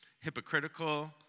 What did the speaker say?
hypocritical